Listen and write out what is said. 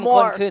More